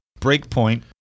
Breakpoint